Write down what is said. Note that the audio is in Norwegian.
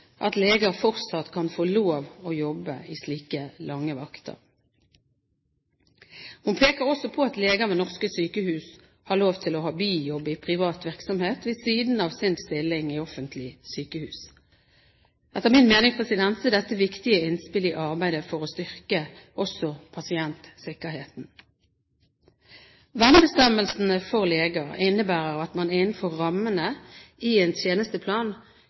at leger fortsatt kan få lov å jobbe i slike lange vakter.» Hun peker også på at leger ved norske sykehus har lov til å ha bijobb i privat virksomhet ved siden av sin stilling i offentlig sykehus. Etter min mening er dette viktige innspill i arbeidet for å styrke pasientsikkerheten. Vernebestemmelsene for leger innebærer at man innenfor rammene i en tjenesteplan